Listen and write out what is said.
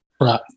right